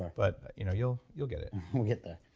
but you know you'll you'll get it we'll get there